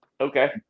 Okay